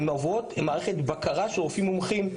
הן עוברות מערכת בקרה שרופאים מומחים,